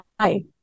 Hi